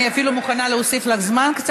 אני אפילו מוכנה להוסיף לך קצת זמן.